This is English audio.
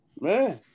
man